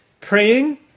Praying